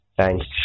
Thanks